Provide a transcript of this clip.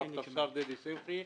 רב טפסר דדי שמחי,